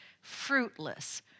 fruitless